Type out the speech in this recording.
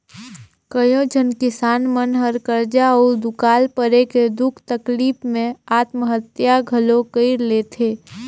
कयोझन किसान मन हर करजा अउ दुकाल परे के दुख तकलीप मे आत्महत्या घलो कइर लेथे